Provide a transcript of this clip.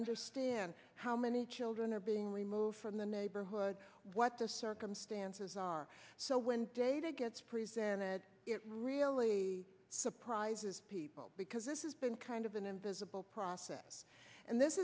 understand how many children are being removed from the neighborhood what the circumstances are so when data gets presented it really surprises people because this is been kind of an invisible process and this